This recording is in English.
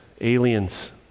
aliens